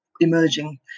emerging